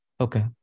Okay